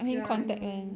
ya you